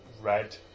Red